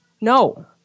no